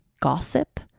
gossip